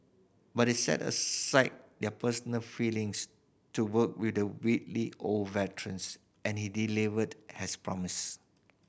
but they set aside their personal feelings to work with the wily old veterans and he delivered as promised